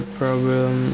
problem